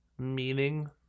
meaning